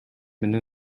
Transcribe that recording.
менен